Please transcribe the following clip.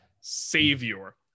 savior